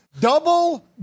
double